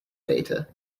data